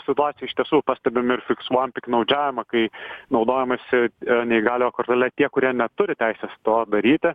situacija iš tiesų pastebim ir fiksuojam piktnaudžiavimą kai naudojamasi neįgaliojo kortele tie kurie neturi teisės to daryti